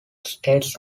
states